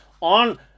on